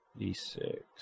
D6